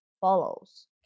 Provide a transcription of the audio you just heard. follows